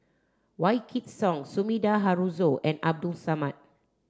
Wykidd Song Sumida Haruzo and Abdul Samad